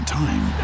time